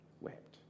wept